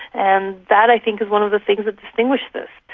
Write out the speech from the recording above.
and that i think is one of the things that distinguish this.